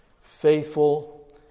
Faithful